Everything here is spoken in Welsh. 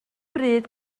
bryd